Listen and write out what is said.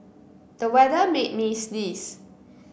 the weather made me sneeze